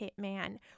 hitman